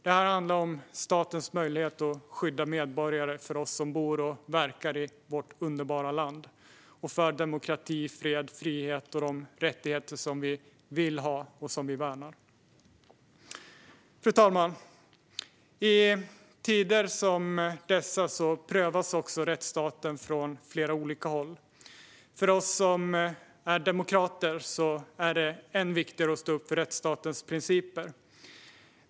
Det handlar om statens möjlighet att skydda medborgare - vi som bor och verkar i vårt underbara land - demokrati, fred och frihet och de rättigheter som vi vill ha och värnar. Fru talman! I tider som dessa prövas rättsstaten från flera olika håll. För oss som är demokrater är det viktigare än någonsin att stå upp för rättsstatens principer.